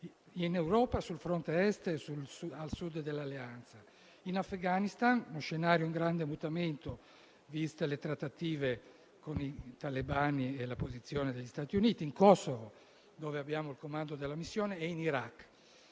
in Europa sul fronte Est e a Sud dell'Alleanza; in Afghanistan, scenario in grande mutamento viste le trattative con i talebani e la posizione degli Stati Uniti; in Kosovo, dove abbiamo il comando della missione e in Iraq.